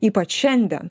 ypač šiandien